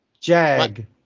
Jag